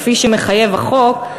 כפי שמחייב החוק,